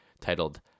titled